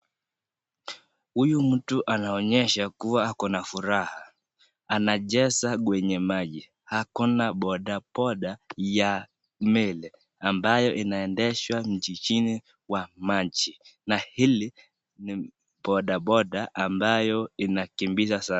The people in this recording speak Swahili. Huyu mtu anaonyesha kuwa ako na furaha. Anacheza kwenye maji. Ako na bodaboda ya meli, ambayo inaendeshwa mjini chini ya maji. Na hili ni bodaboda ambayo inakimbiza sana.